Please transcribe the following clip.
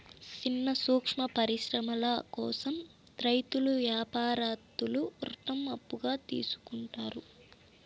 సిన్న సూక్ష్మ పరిశ్రమల కోసం రైతులు యాపారత్తులు రుణం అప్పుగా తీసుకుంటారు